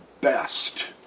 best